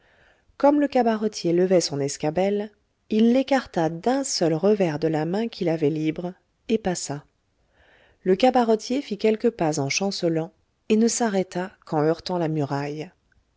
comme le cabaretier levait son escabelle il l'écarta d'un seul revers de la main qu'il avait libre et passa le cabaretier fit quelques pas en chancelant et ne s'arrêta qu'en heurtant la muraille